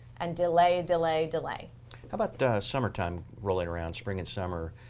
and delay, delay, delay about summertime rolling around, spring and summer?